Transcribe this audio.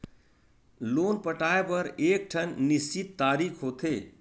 loan पटाए बर एकठन निस्चित तारीख होथे